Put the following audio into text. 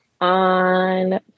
On